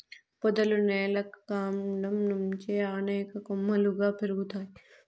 పొదలు నేల కాండం నుంచి అనేక కొమ్మలుగా పెరుగుతాయి